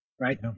right